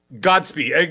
Godspeed